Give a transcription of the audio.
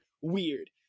weird